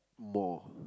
more